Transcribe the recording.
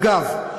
אגב,